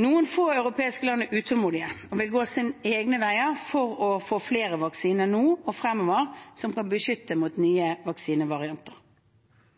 Noen få europeiske land er utålmodige og vil gå egne veier for å få flere vaksiner nå og fremover som kan beskytte mot